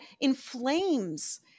inflames